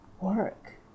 work